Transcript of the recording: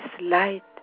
light